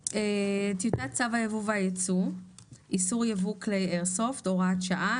טיוטת צו היבוא והיצוא (איסור ייבוא כלי איירסופט) (הוראת שעה),